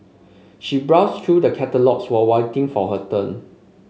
she browsed through the catalogues while waiting for her turn